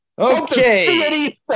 Okay